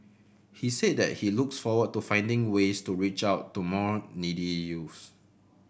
he said that he looks forward to finding ways to reach out to more needy youth